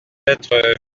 être